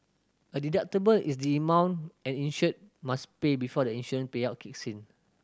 a deductible is the amount an insured must pay before the insurance payout kicks in